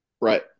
Right